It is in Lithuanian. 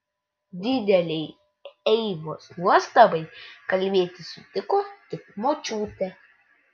didelei eivos nuostabai kalbėti sutiko tik močiutė